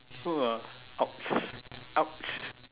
fur ouch ouch